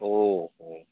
ઓહો